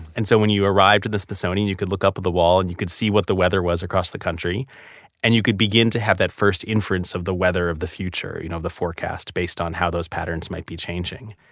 and so when you arrived at the smithsonian, you could look up at the wall and you could see what the weather was across the country and you could begin to have that first inference of the weather of the future, you know the forecast based on how those patterns might be changing